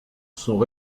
sont